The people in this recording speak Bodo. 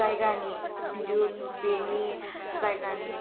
जायगानि बिदुं बेनि जायगानि